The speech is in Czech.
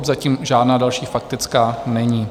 Zatím žádná další faktická není.